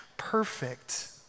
perfect